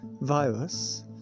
virus